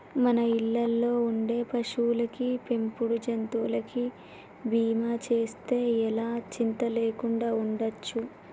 మన ఇళ్ళల్లో ఉండే పశువులకి, పెంపుడు జంతువులకి బీమా చేస్తే ఎలా చింతా లేకుండా ఉండచ్చు